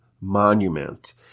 monument